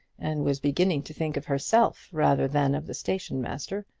and was beginning to think of herself rather than of the station-master,